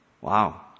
Wow